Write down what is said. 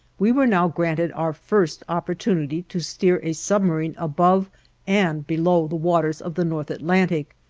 we were now granted our first opportunity to steer a submarine above and below the waters of the north atlantic.